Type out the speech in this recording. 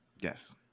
Yes